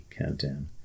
countdown